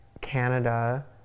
Canada